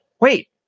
wait